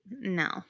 No